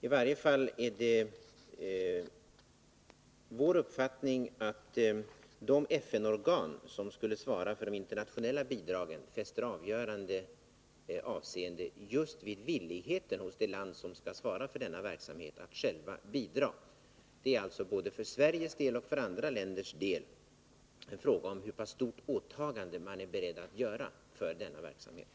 I varje fall är det vår uppfattning att de FN-organ som skulle svara för de internationella bidragen fäster avgörande avseende just vid villigheten hos det land, som skall svara för verksamheten, att självt bidra. Det är alltså både för Sveriges del och för andra länders del fråga om hur pass stort åttagande man är beredd att göra för verksamheten.